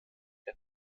der